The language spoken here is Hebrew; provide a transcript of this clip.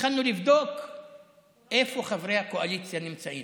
התחלנו לבדוק איפה חברי הקואליציה נמצאים.